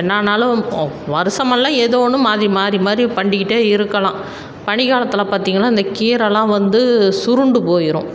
என்னான்னாலும் வருஷமெல்லாம் ஏதோ ஒன்று மாறி மாறி மாறி பண்ணிக்கிட்டே இருக்கலாம் பனி காலத்தில் பார்த்தீங்கன்னா இந்த கீரைலாம் வந்து சுருண்டு போய்டும்